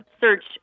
search